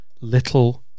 little